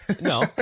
No